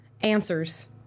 answers